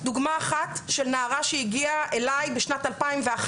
דוגמה אחת של נערה שהגיעה אליי בשנת 2011,